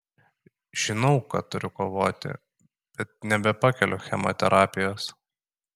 žinau kad turiu kovoti bet nebepakeliu chemoterapijos